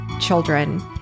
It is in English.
children